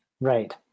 Right